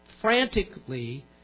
Frantically